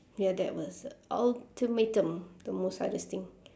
ya that was ultimatum the most hardest thing